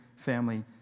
family